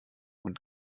und